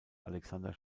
alexander